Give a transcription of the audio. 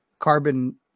carbon